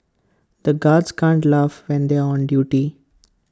the guards can't laugh when they are on duty